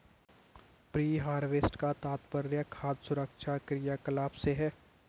pre harvest का तात्पर्य खाद्य सुरक्षा क्रियाकलाप से है